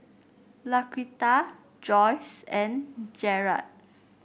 Laquita Joyce and Jarad